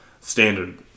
standard